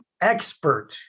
expert